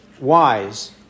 wise